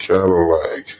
Cadillac